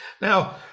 Now